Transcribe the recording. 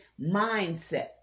mindset